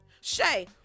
shay